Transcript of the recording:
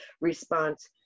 response